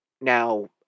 Now